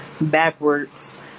backwards